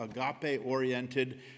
agape-oriented